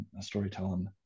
storytelling